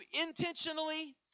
intentionally